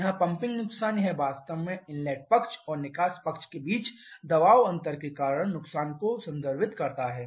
यहाँ पंपिंग नुकसान यह वास्तव में इनलेट पक्ष और निकास पक्ष के बीच दबाव अंतर के कारण नुकसान को संदर्भित करता है